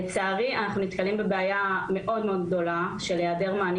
לצערי אנחנו נתקלים בבעיה מאוד גדולה של העדר מענים